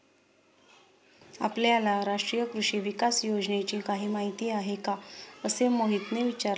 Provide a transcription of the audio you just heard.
आपल्याला राष्ट्रीय कृषी विकास योजनेची काही माहिती आहे का असे मोहितने विचारले?